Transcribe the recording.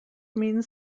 means